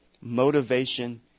Motivation